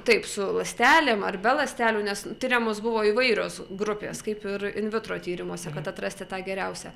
taip su ląstelėm ar be ląstelių nes tiriamos buvo įvairios grupės kaip ir invitro tyrimuose kad atrasti tą geriausią